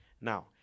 Now